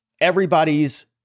everybody's